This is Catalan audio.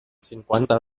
cinquanta